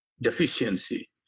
deficiency